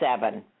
seven